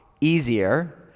easier